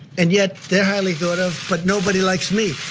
and yet they're highly thought of, but nobody likes me.